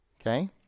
Okay